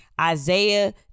Isaiah